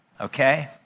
okay